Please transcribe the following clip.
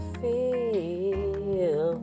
feel